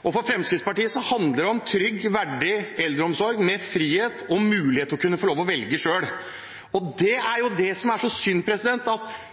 For Fremskrittspartiet handler det om en trygg og verdig eldreomsorg, med frihet og mulighet til å kunne velge selv. Og det er jo det som er så synd: Interpellanten er dypt imot alt hvor private i det hele tatt kan få være med, og at